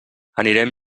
anirem